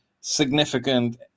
significant